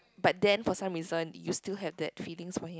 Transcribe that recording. but then for some reason you still have that feelings for him